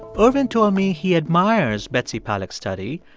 ervin told me he admires betsy paluck's study,